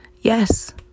yes